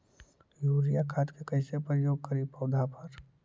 Urea खाद के कैसे प्रयोग करि पौधा पर?